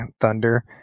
Thunder